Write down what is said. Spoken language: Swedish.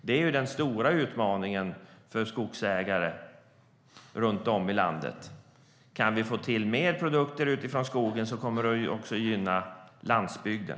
Det är den stora utmaningen för skogsägare runt om i landet. Om vi kan få till mer produkter utifrån skogen kommer det också att gynna landsbygden.